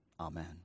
Amen